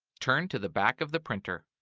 turn to the back of the printer.